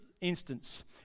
instance